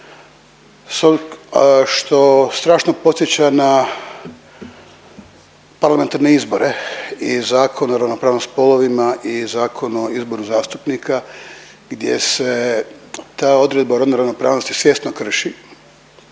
što strašno podsjeća na parlamentarne izbore i zakon o ravnopravnosti spolovima i Zakonu o izboru zastupnika gdje se ta odredba o rodnoj ravnopravnosti svjesno krši